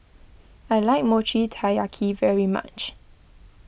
I like Mochi Taiyaki very much